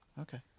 okay